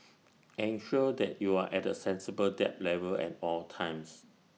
ensure that you are at A sensible debt level at all times